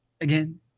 again